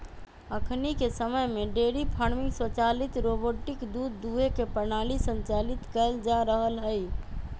अखनिके समय में डेयरी फार्मिंग स्वचालित रोबोटिक दूध दूहे के प्रणाली संचालित कएल जा रहल हइ